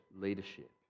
leadership